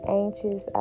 anxious